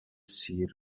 sir